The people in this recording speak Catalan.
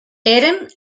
eren